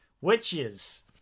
Witches